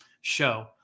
show